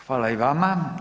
Hvala i vama.